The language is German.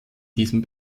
diesem